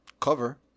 cover